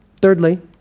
Thirdly